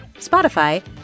Spotify